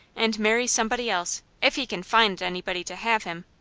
and marry somebody else, if he can find anybody to have him?